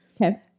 Okay